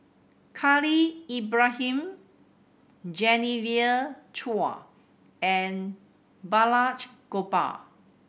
Khalil Ibrahim Genevieve Chua and Balraj Gopal